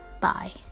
Bye